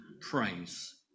praise